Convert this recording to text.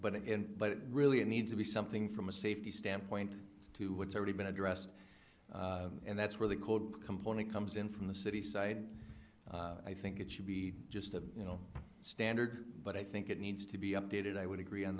but in but really it needs to be something from a safety standpoint to what's already been addressed and that's where the code component comes in from the city side and i think it should be just a you know standard but i think it needs to be updated i would agree on